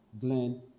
Glen